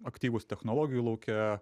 aktyvūs technologijų lauke